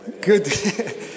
Good